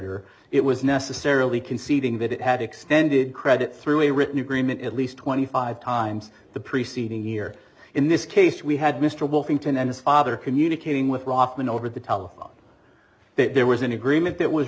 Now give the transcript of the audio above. or it was necessarily conceding that it had extended credit through a written agreement at least twenty five times the preceding year in this case we had mr wolfing to and his father communicating with roffman over the telephone that there was an agreement that was